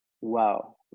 wow